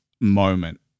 moment